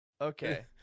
Okay